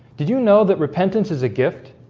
did you know that repentance is a gift?